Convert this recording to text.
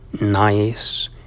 nice